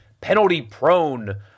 penalty-prone